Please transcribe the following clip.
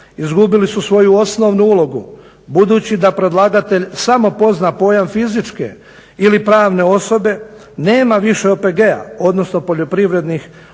izgubili su svoju osnovnu ulogu. Budući da predlagatelj samo pozna pojam fizičke ili pravne osobe nema više OPG-a, odnosno poljoprivrednih obrta